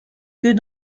que